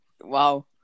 Wow